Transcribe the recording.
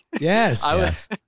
Yes